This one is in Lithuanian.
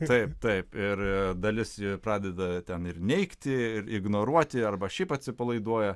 taip taip ir dalis pradeda ten ir neigti ir ignoruoti arba šiaip atsipalaiduoja